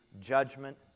judgment